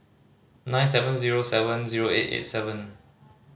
nine seven zero seven zero eight eight seven